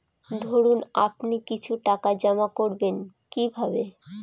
ধরুন আপনি কিছু টাকা জমা করবেন কিভাবে?